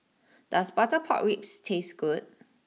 does Butter Pork Ribs taste good